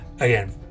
again